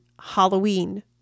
Halloween